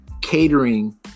catering